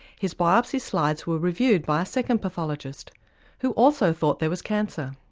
his biopsy slides were reviewed by a second pathologist who also thought there was cancer.